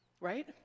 Right